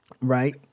right